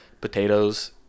potatoes